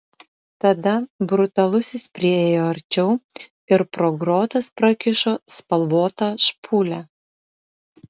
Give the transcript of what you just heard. tada brutalusis priėjo arčiau ir pro grotas prakišo spalvotą špūlę